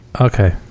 okay